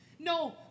No